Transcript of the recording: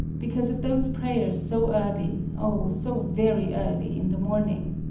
because of those prayers so early oh, so very early in the morning.